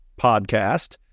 podcast